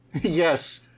Yes